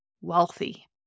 wealthy